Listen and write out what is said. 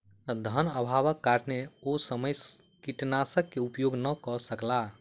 धनअभावक कारणेँ ओ समय सॅ कीटनाशक के उपयोग नै कअ सकला